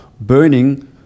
burning